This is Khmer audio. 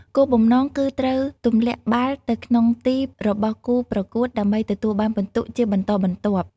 គោលបំណងគឺត្រូវទម្លាក់បាល់ទៅក្នុងទីរបស់គូប្រកួតដើម្បីទទួលបានពិន្ទុជាបន្តបន្ទាប់។